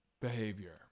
behavior